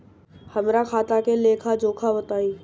हमरा खाता के लेखा जोखा बताई?